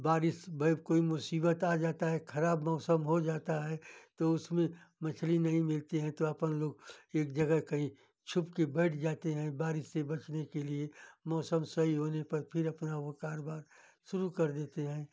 बारिस भ कोई मुसीबत आ जाती है खराब मौसम हो जाता है तो उसमें मछली नहीं मिलती है तो अपन लोग एक जगह कहीं छुपकर बैठ जाते हैं बारिश से बचने के लिए मौसम सही होने पर फ़िर अपना वह कारोबार शुरू कर देते हैं